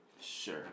Sure